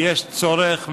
ויש צורך,